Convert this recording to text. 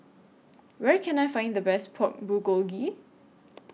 Where Can I Find The Best Pork Bulgogi